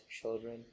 children